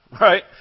right